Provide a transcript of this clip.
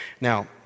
Now